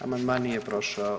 Amandman nije prošao.